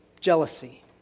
jealousy